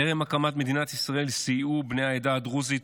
טרם הקמת מדינת ישראל סייעו בני העדה הדרוזית